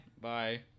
Bye